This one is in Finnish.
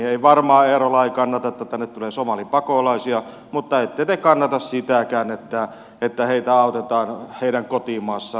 ei varmaan eerola kannata että tänne tulee somalipakolaisia mutta ette te kannata sitäkään että heitä autetaan heidän kotimaassaan